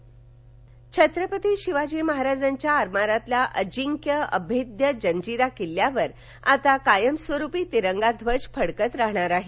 जंजिरा तिरंगा छत्रपती शिवाजी महाराजांच्या आरमारातील अजिंक्य अभेद्य जंजिरा किल्ल्यावर आता कायमस्वरूपी तिरंगाध्वज फडकत राहणार आहे